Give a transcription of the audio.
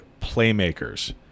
playmakers